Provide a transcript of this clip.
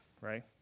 right